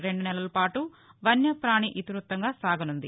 రెండు నెలల పాటు వన్యప్రాణి ఇతివృత్తంగా సాగనుంది